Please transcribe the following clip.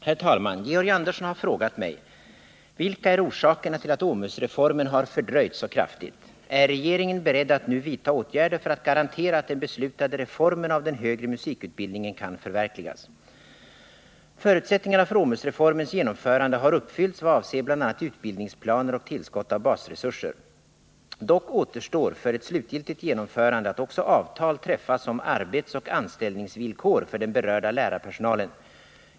Herr talman! Georg Andersson har frågat mig: a) Vilka är orsakerna till att OMUS-reformen har fördröjts så kraftigt? b) Är regeringen beredd att nu vidta åtgärder för att garantera att den beslutade reformen av den högre musikutbildningen kan förverkligas? Förutsättningarna för OMUS-reformens genomförande har uppfyllts vad avser bl.a. utbildningsplaner och tillskott av basresurser. Dock återstår för ett slutgiltigt genomförande att också avtal träffas om arbetsoch anställningsvillkor för den berörda lärarpersonalen.